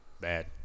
Bad